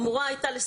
וגם